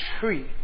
tree